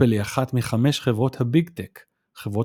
אפל היא אחת מחמש חברות הביג טק – חברות